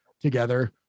together